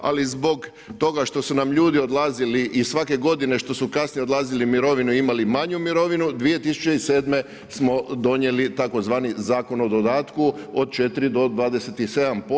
Ali zbog toga što su nam ljudi odlazili i svake godine što su kasnije odlazili u mirovinu imali manju mirovinu, 2007. smo donijeli tzv. Zakon o dodatku od 4 do 27%